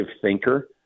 thinker